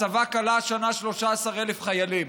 הצבא כלא השנה 13,000 חיילים.